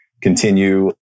continue